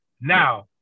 Now